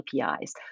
APIs